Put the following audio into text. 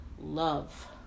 love